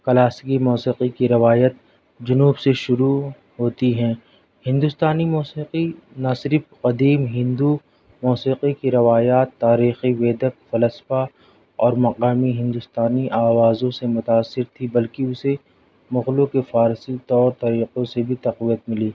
کلاسکی موسیقی کی روایت جنوب سے شروع ہوتی ہے ہندوستانی موسیقی نہ صرف قدیم ہندو موسیقی کی روایات تاریخی ویدت فلسفہ اور مقامی ہندوستانی آوازوں سے متاثر تھی بلکہ اسے مغلوں کی فارسی طور طریقوں سے بھی تقویت ملی